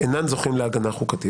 אינם זוכים להגנה חוקתית.